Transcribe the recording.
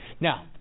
Now